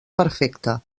perfecta